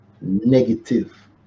negative